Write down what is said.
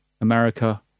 America